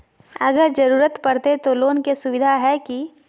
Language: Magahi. अगर जरूरत परते तो लोन के सुविधा है की?